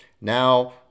Now